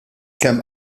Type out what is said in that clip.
kemm